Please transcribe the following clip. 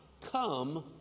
come